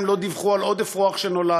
הם לא דיווחו על עוד אפרוח שנולד.